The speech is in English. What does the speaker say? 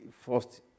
first